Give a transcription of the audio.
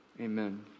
amen